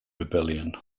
rebellion